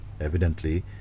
evidently